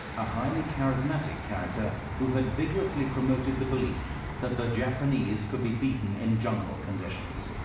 a highly charismatic character who had vigorously promoted the belief that the japanese could be beaten in jungle conditions.